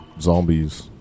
zombies